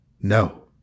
No